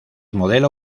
modelo